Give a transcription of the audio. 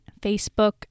Facebook